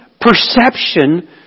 perception